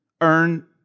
earn